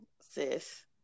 sis